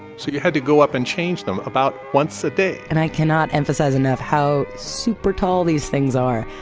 so you had to go up and change them about once a day and i cannot emphasize enough how super tall these things are,